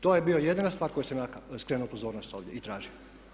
To je bila jedina stvar na koju sam ja skrenuo pozornost ovdje i tražio.